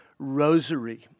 rosary